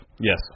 Yes